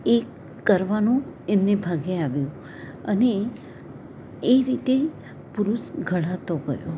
એ કરવાનું એમને ભાગે આવ્યું અને એ રીતે પુરુષ ઘડાતો ગયો